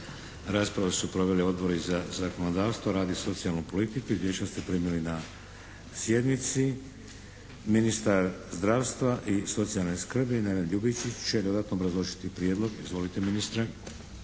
Raspravu su proveli Odbori za zakonodavstvo, rad i socijalnu politiku. Izvješća ste primili na sjednici. Ministar zdravstva i socijalne skrbi Neven Ljubičić će dodatno obrazložiti prijedlog. Izvolite ministre.